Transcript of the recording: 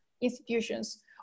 institutions